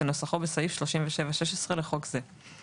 כנוסחו בסעיף 37(16) לחוק זה.